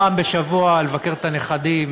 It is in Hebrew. פעם בשבוע לבקר את הנכדים,